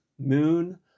Moon